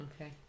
okay